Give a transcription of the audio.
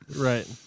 Right